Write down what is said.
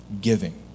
giving